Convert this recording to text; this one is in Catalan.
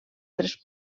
tres